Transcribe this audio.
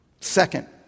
Second